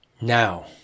Now